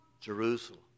Jerusalem